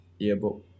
Earbook